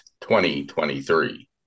2023